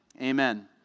amen